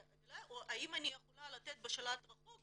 עד אליי או האם אני יכולה לתת בשלט רחוק